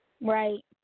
Right